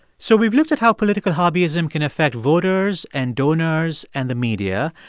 so we've looked at how political hobbyism can affect voters and donors and the media.